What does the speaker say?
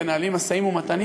מנהלים משאים-ומתנים,